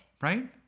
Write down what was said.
right